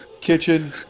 Kitchen